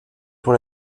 pour